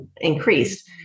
increased